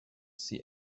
see